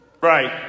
Right